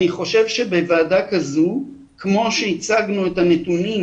אני חושב שבוועדה כזו כמו שהצגנו את הנתונים